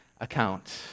account